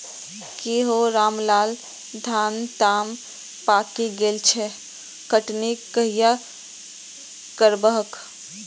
की हौ रामलाल, धान तं पाकि गेल छह, कटनी कहिया करबहक?